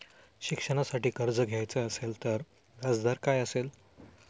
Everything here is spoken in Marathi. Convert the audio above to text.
शिक्षणासाठी कर्ज घ्यायचे असेल तर व्याजदर काय असेल?